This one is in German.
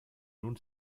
nun